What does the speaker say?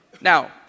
Now